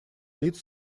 лиц